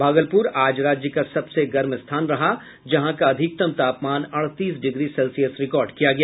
भागलपुर आज राज्य का सबसे गर्म स्थान रहा जहां का अधिकतम तापमान अड़तीस डिग्री सेल्सियस रिकॉर्ड किया गया